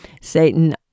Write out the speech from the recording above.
Satan